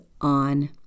on